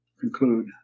conclude